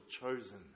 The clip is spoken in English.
chosen